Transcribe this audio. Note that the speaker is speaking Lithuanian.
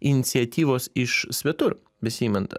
iniciatyvos iš svetur besiimant